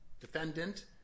defendant